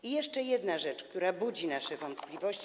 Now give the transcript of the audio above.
I jeszcze jedna rzecz, która budzi nasze wątpliwości.